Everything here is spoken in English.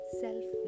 self